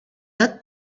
lot